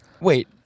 Wait